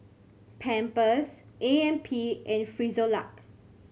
Pampers A M P and Frisolac